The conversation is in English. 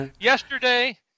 Yesterday